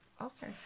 Okay